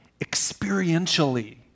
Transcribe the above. Experientially